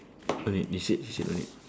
no need they said they said no need